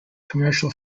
commercial